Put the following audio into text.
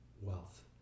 wealth